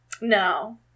No